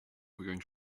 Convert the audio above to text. going